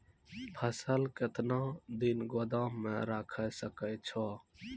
फसल केतना दिन गोदाम मे राखै सकै छौ?